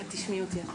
את תשמעי אותי.